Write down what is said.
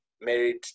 Married